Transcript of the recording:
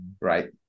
Right